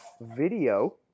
video